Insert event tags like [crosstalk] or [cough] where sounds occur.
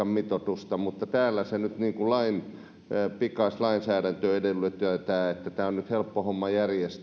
[unintelligible] mitoitusta mutta nyt täällä pikaista lainsäädäntöä edellytetään että tämä on nyt helppo homma järjestää